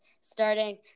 starting